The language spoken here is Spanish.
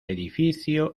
edificio